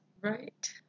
Right